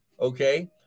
Okay